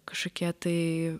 kažkokie tai